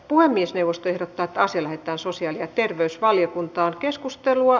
puhemiesneuvosto ehdottaa että asia lähetetään sosiaali ja terveysvaliokuntaan